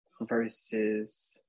versus